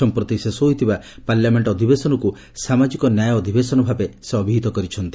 ସମ୍ପ୍ରତି ଶେଷ ହୋଇଥିବା ପାର୍ଲାମେଣ୍ଟ ଅଧିବେଶନକୁ ସାମାଜିକ ନ୍ୟାୟ ଅଧିବେଶନ ଭାବେ ସେ ଅଭିହିତ କରିଛନ୍ତି